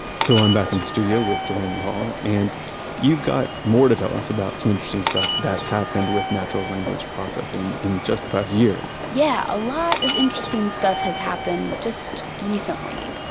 so i'm back in the studio with delaney hall, and you've got more to tell us about some interesting stuff that's happened with natural language processing in just the past year. yeah, a lot of interesting stuff has happened just recently.